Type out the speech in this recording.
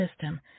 system